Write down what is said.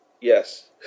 yes